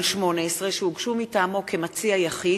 פ/2393/18 שהוגשו מטעמו כמציע יחיד,